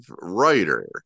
writer